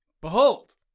Behold